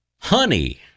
Honey